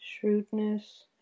Shrewdness